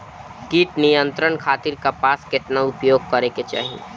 कीट नियंत्रण खातिर कपास केतना उपयोग करे के चाहीं?